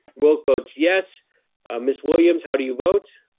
wilk votes yes miss williams, how do you vote?